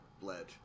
bled